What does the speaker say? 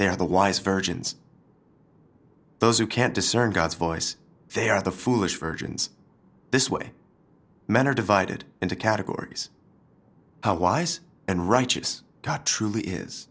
they are the wise virgins those who can't discern god's voice they are the foolish virgins this way men are divided into categories how wise and righteous god truly is